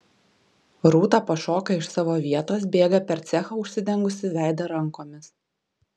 rūta pašoka iš savo vietos bėga per cechą užsidengusi veidą rankomis